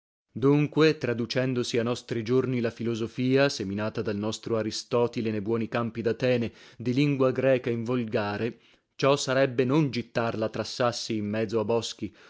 dunque traducendosi a nostri giorni la filosofia seminata dal nostro aristotile ne buoni campi datene di lingua greca in volgare ciò sarebbe non gittarla tra sassi in mezo a boschi